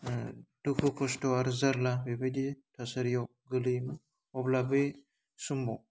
ओह दुखु खस्थ' आरो जारला बेबायदि थासारियाव गोलैयोमोन अब्ला बै समाव